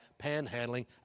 panhandling